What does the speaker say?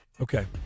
Okay